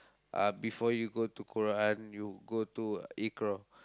uh before you go to Quran you go to Iqro